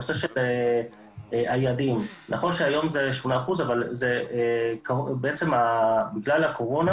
לגבי נושא היעדים נכון שהיום זה 8% אבל בגלל הקורונה